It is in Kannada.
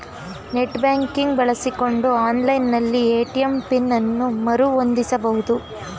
ನೆಟ್ ಬ್ಯಾಂಕಿಂಗ್ ಬಳಸಿಕೊಂಡು ಆನ್ಲೈನ್ ನಲ್ಲಿ ಎ.ಟಿ.ಎಂ ಪಿನ್ ಅನ್ನು ಮರು ಹೊಂದಿಸಬಹುದು